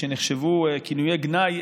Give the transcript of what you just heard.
שנחשבו כינויי גנאי,